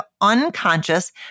unconscious